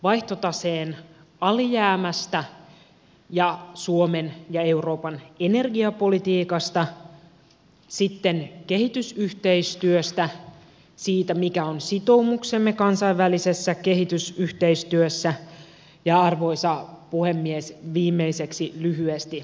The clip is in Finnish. vaihtotaseen alijäämästä ja suomen ja euroopan energiapolitiikasta sitten kehitysyhteistyöstä siitä mikä on sitoumuksemme kansainvälisessä kehitysyhteistyössä ja arvoisa puhemies viimeiseksi lyhyesti nuorisotakuusta